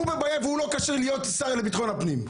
הוא בבעיה והוא לא כשיר להיות השר לביטחון פנים,